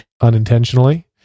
unintentionally